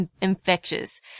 infectious